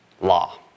law